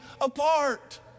apart